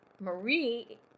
Marie